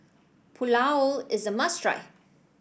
Pulao is a must try